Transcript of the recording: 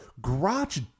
Grotch